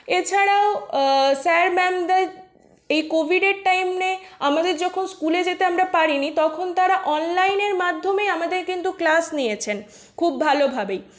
এছাড়াও স্যার ম্যামদের এই কোভিডের টাইমে আমাদের যখন স্কুলে যেতে আমরা পারিনি তখন তারা অনলাইনের মাধ্যমেই আমাদের কিন্তু ক্লাস নিয়েছেন খুব ভালোভাবেই